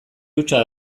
hutsa